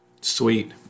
Sweet